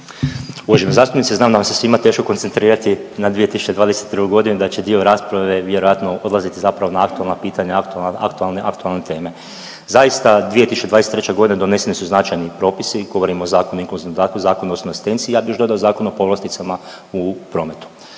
Uvažena zastupnice, da nam se svima teško koncentrirati na 2022.g. da će dio rasprave vjerojatno odlaziti zapravo na aktualna pitanja, aktualne teme. Zaista 2023.g. doneseni su značajni propisi, govorim o Zakonu o inkluzivnom dodatku i Zakonu u osobnoj asistenciji i ja bih još dodao Zakon o povlasticama u prometu.